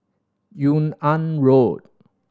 Yung An Road